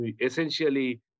essentially